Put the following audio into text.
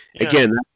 again